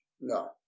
No